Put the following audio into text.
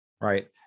right